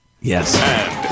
Yes